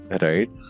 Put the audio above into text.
right